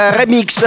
remix